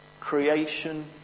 creation